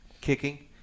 kicking